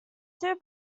two